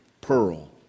pearl